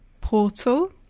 Portal